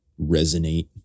resonate